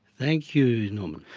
thank you norman.